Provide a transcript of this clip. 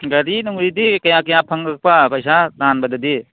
ꯒꯥꯔꯤ ꯅꯨꯡꯂꯤꯗꯤ ꯀꯌꯥ ꯀꯌꯥ ꯐꯪꯂꯛꯄ ꯄꯩꯁꯥ ꯇꯥꯟꯕꯗꯗꯤ